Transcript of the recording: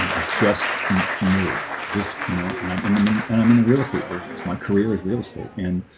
i just moved just you know, and i'm in them and and i'm in the real estate business my career is real estate and